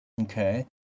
Okay